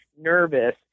nervous